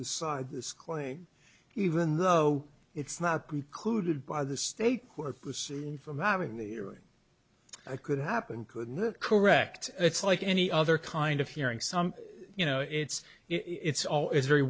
decide this claim even though it's not concluded by the state court assumed from having the earing it could happen couldn't it correct it's like any other kind of hearing some you know it's it's all it's very